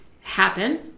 happen